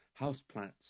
houseplants